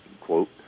quote